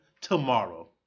tomorrow